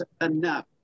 enough